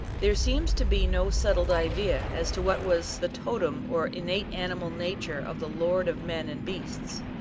there seems to be no settled idea as to what was the totem or innate animal nature of the lord of men and beasts.